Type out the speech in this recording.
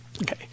Okay